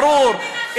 ברור.